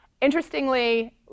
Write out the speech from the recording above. Interestingly